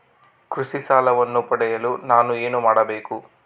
ಕೃಷಿ ಸಾಲವನ್ನು ಪಡೆಯಲು ನಾನು ಏನು ಮಾಡಬೇಕು?